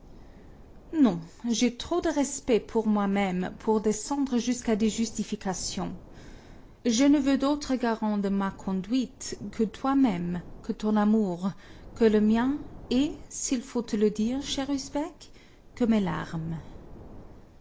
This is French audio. non j'ai trop de respect pour moi-même pour descendre jusqu'à des justifications je ne veux d'autre garant de ma conduite que toi-même que ton amour que le mien et s'il faut te le dire cher usbek que mes larmes